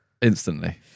Instantly